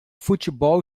futebol